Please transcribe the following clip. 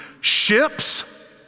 ships